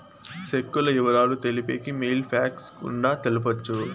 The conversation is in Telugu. సెక్కుల ఇవరాలు తెలిపేకి మెయిల్ ఫ్యాక్స్ గుండా తెలపొచ్చు